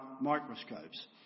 microscopes